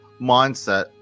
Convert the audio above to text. mindset